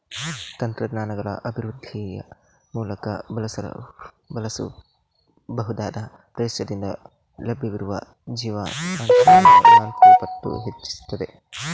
ತಂತ್ರಜ್ಞಾನಗಳ ಅಭಿವೃದ್ಧಿಯ ಮೂಲಕ ಬಳಸಬಹುದಾದ ಪ್ರದೇಶದಿಂದ ಲಭ್ಯವಿರುವ ಜೀವನಾಂಶವನ್ನು ನಾಲ್ಕು ಪಟ್ಟು ಹೆಚ್ಚಿಸಿತು